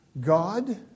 god